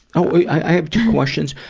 i have two questions.